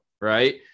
right